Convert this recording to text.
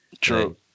True